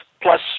plus